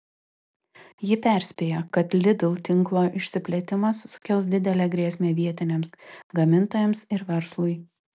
ji perspėja kad lidl tinklo išsiplėtimas sukels didelę grėsmę vietiniams gamintojams ir verslui